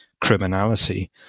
criminality